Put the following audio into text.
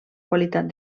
qualitat